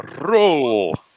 Roll